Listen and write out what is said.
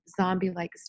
zombie-like